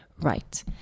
right